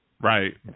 Right